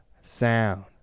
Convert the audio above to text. sound